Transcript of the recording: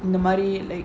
in the money